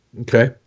okay